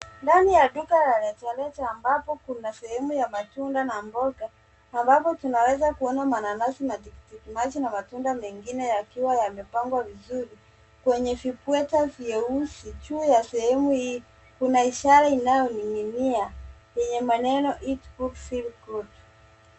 Ndani ya duka la reja reja ambapo kuna sehemu ya matunda na mboga ambapo tunaweza kuona mananasi na tikiti maji na matunda mengine yakiwa yamepangwa vizuri, kwenye vipweta vyeusi. Juu ya sehemu hii kuna ishara inayo ninginia yenye maneno eat good feel good.